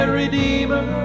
redeemer